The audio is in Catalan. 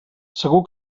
segur